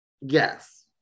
Yes